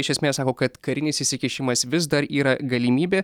iš esmės sako kad karinis įsikišimas vis dar yra galimybė